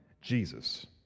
Jesus